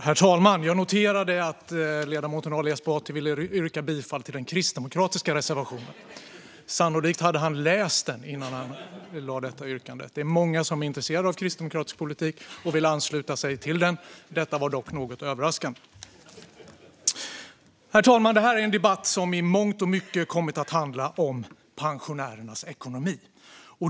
Herr talman! Jag noterade att ledamoten Ali Esbati först ville yrka bifall till den kristdemokratiska reservationen. Sannolikt hade han läst den innan han gjorde detta yrkande. Det är många som är intresserade av kristdemokratisk politik och vill ansluta sig till den. Detta var dock något överraskande! Herr talman! Detta är en debatt som i mångt och mycket kommit att handla om pensionärernas ekonomi.